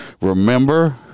Remember